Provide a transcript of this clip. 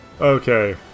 Okay